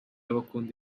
bakunda